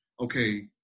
okay